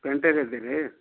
painter ಇದೀರಿ